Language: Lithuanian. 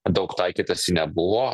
daug taikytasi nebuvo